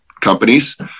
companies